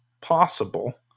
possible